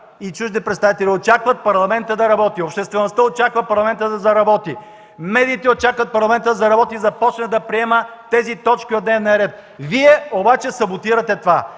и чужди представители очакват Парламентът да работи. Обществеността очаква Парламентът да заработи. Медиите очакват Парламентът да заработи, за да започне да приема тези точки от дневния ред. Вие обаче саботирате това.